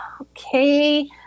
okay